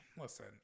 listen